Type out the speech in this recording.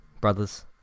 Brothers